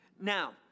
Now